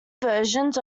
versions